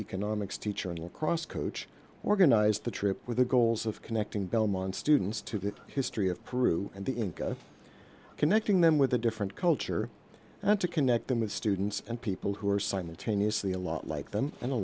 economics teacher and cross coach organized the trip with the goals of connecting belmont students to the history of peru and the connecting them with a different culture and to connect them with students and people who are simultaneously a lot like them and a